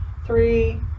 Three